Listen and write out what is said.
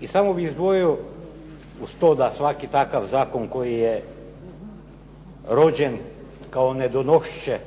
I samo bih izdvojio uz to da svaki takav zakon koji je rođen kao nedonošče